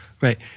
Right